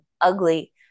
ugly